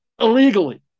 illegally